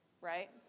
right